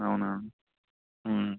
అవునా